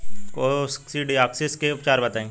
Coccidiosis के उपचार बताई?